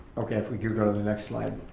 okay, if we can go to the next slide.